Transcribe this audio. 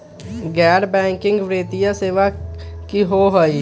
गैर बैकिंग वित्तीय सेवा की होअ हई?